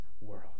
world